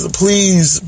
please